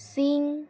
Singh